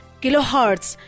kilohertz